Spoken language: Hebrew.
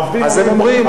העובדים אומרים,